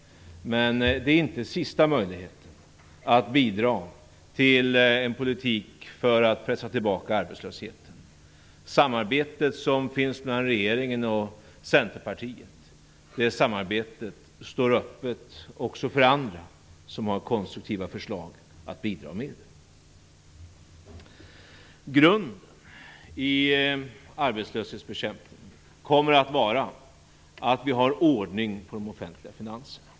Men det är inte sista möjligheten att bidra till en politik för att pressa tillbaka arbetslösheten. Det samarbete som finns mellan regeringen och Centerpartiet står öppet också för andra som har konstruktiva förslag att bidra med. Grunden i arbetslöshetsbekämpningen kommer att vara att vi har ordning på de offentliga finanserna.